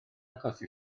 achosi